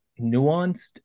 nuanced